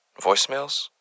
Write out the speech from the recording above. Voicemails